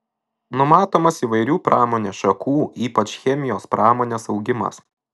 numatomas įvairių pramonės šakų ypač chemijos pramonės augimas